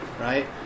right